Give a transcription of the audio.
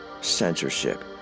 censorship